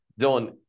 Dylan